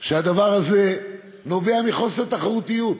שהדבר הזה נובע מחוסר תחרותיות.